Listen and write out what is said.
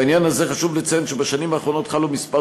בעניין הזה חשוב לציין שבשנים האחרונות חלו כמה